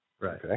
Right